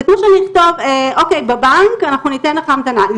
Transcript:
זה כמו שאני אכתוב בבנק אנחנו ניתן לך המתנה.